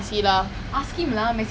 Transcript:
பார்ப்போம்:paarpom lah